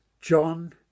John